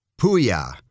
Puya